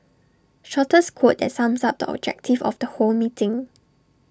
shortest quote that sums up the objective of the whole meeting